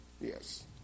Yes